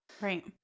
Right